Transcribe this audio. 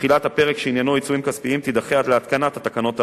תחילת הפרק שעניינו עיצומים כספיים תידחה עד להתקנת התקנות האמורות.